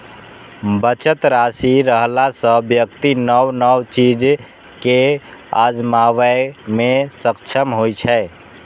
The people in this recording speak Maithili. बचत राशि रहला सं व्यक्ति नव नव चीज कें आजमाबै मे सक्षम होइ छै